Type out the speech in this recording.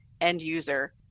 end-user